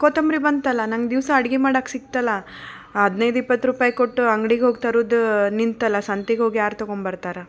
ಕೊತ್ತಂಬರಿ ಬಂತಲ್ಲ ನನ್ಗೆ ದಿವಸ ಅಡುಗೆ ಮಾಡೋಕೆ ಸಿಕ್ತಲ್ಲ ಹದಿನೈದು ಇಪ್ಪತ್ತು ರೂಪಾಯಿ ಕೊಟ್ಟು ಅಂಗ್ಡಿಗೆ ಹೋಗಿ ತರುವುದು ನಿಂತಲ್ಲ ಸಂತೆಗೆ ಹೋಗಿ ಯಾರು ತೊಗೊಂಡು ಬರ್ತಾರೆ